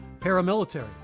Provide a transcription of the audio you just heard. Paramilitary